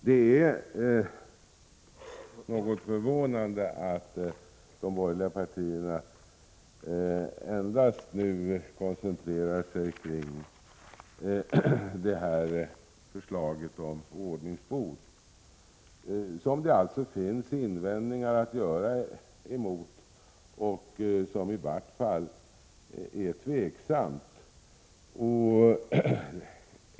Det är något förvånande att de borgerliga partierna nu endast koncentrerar sig på förslaget om ordningsbot, emot vilket det alltså finns invändningar att göra och som i varje fall är tvivelaktigt.